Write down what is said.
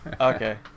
Okay